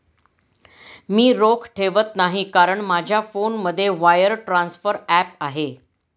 मी रोख ठेवत नाही कारण माझ्या फोनमध्ये वायर ट्रान्सफर ॲप आहे